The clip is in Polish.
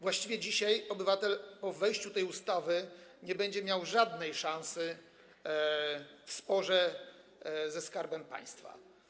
Właściwie dzisiaj obywatel po wejściu w życie tej ustawy nie będzie miał żadnej szansy w sporze ze Skarbem Państwa.